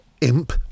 imp